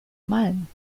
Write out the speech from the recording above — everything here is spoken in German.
malen